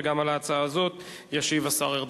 וגם על ההצעה הזאת ישיב השר ארדן.